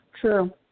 True